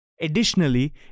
Additionally